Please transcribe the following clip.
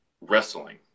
wrestling